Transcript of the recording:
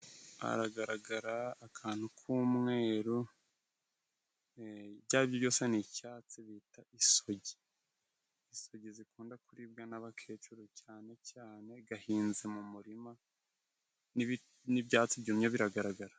Hagaragara akantu k'umweru, ibyo ari byo byose ni icyatsi bita isogi. Isogi zikunda kuribwa n'abakecuru cyane cyane, gahinze mu murima n'ibyatsi byumye biragaragara.